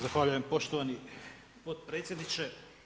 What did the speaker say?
Zahvaljujem poštovani potpredsjedniče.